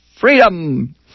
freedom